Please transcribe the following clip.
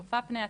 צופה פני העתיד,